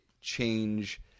change